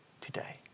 today